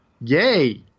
yay